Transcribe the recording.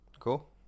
Cool